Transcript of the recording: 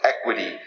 equity